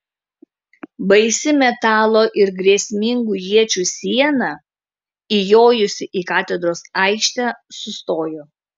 baisi metalo ir grėsmingų iečių siena įjojusi į katedros aikštę sustojo